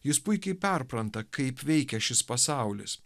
jis puikiai perpranta kaip veikia šis pasaulis